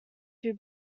two